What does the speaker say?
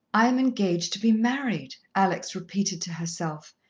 i am engaged to be married, alex repeated to herself,